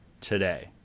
today